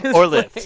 or lyft,